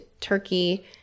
turkey